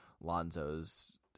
Lonzo's